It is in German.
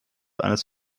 eines